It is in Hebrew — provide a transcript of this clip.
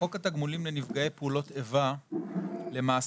חוק התגמולים לנפגעי פעולות איבה למעשה